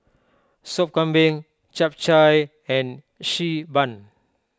Sup Kambing Chap Chai and Xi Ban